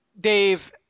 Dave –